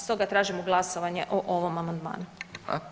Stoga tražimo glasovanje o ovom amandmanu.